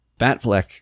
Batfleck